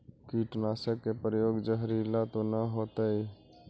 कीटनाशक के प्रयोग, जहरीला तो न होतैय?